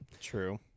True